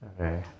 Okay